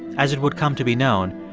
as it would come to be known,